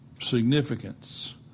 significance